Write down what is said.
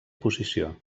posició